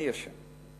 אני אשם.